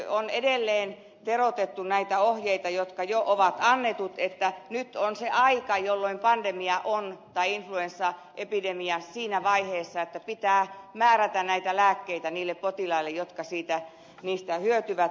on edelleen teroitettu näitä ohjeita jotka jo on annettu että nyt on se aika jolloin influenssaepidemia on siinä vaiheessa että pitää määrätä näitä lääkkeitä niille potilaille jotka niistä hyötyvät